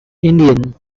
indian